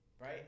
Right